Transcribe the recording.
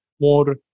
more